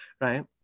Right